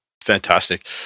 fantastic